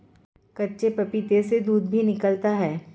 कच्चे पपीते से दूध भी निकलता है